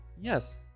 Yes